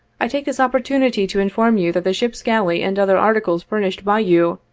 i take this opportunity to inform you that the ship's galley and other articles furnished by you,